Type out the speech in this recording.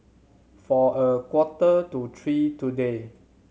for a quarter to three today